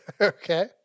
Okay